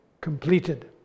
completed